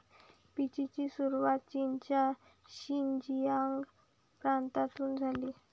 पीचची सुरुवात चीनच्या शिनजियांग प्रांतातून झाली